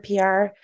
PR